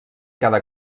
cada